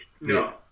No